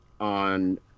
on